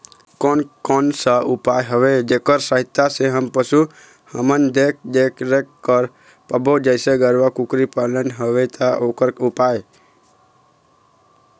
कोन कौन सा उपाय हवे जेकर सहायता से हम पशु हमन के देख देख रेख कर पाबो जैसे गरवा कुकरी पालना हवे ता ओकर उपाय?